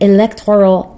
Electoral